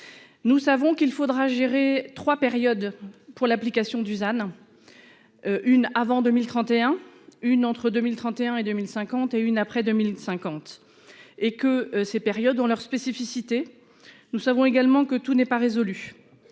Nous savons qu'il faudra gérer 3 périodes pour l'application Dusan. Une avant 2031 une entre 2031 et 2050 et une après 2050 et que ces périodes ont leur spécificité. Nous savons également que tout n'est pas résolu.